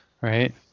right